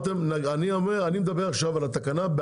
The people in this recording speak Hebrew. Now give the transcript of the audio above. יכול להיות שצריך לתקן שוב את התקנה.